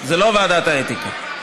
זה לא ועדת האתיקה.